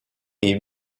est